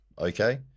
okay